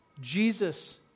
Jesus